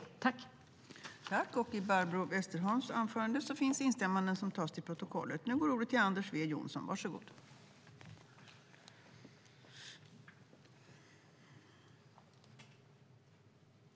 I detta anförande instämde Ismail Kamil och Börje Vestlund .